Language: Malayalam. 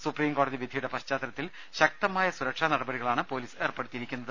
സുപ്രിംകോടതി വിധിയുടെ പശ്ചാത്തലത്തിൽ ശക്തമായ സുരക്ഷാ നടപടികളാണ് പൊലീസ് ഏർപ്പെടുത്തിയി രിക്കുന്നത്